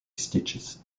stitches